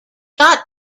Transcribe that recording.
got